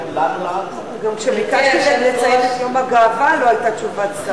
גם כשביקשתי שנציין את יום הגאווה לא היתה תשובת שר.